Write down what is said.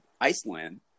Iceland